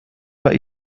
bei